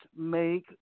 make